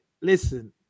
Listen